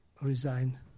resign